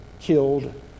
killed